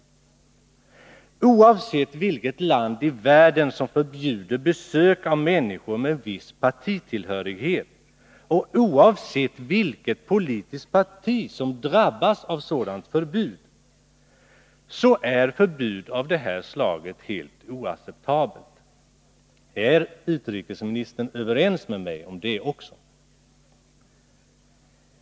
Oavsett vilket land i världen som förbjuder besök av människor med viss partitillhörighet, och oavsett vilket politiskt parti som drabbas av sådant förbud är förbud av det här slaget helt oacceptabelt. Är utrikesministern överens med mig om det också?